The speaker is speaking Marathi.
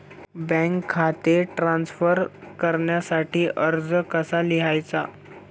बँक खाते ट्रान्स्फर करण्यासाठी अर्ज कसा लिहायचा?